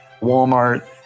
Walmart